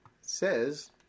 says